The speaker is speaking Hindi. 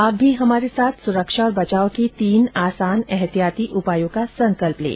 आप भी हमारे साथ सुरक्षा और बचाव के तीन आसान एहतियाती उपायों का संकल्प लें